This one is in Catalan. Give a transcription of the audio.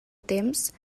temps